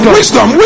Wisdom